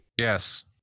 Yes